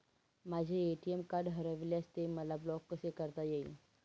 माझे ATM card हरविल्यास ते मला ब्लॉक कसे करता येईल?